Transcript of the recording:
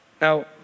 Now